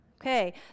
Okay